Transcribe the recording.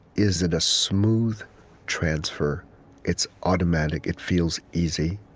is it a smooth transfer it's automatic, it feels easy,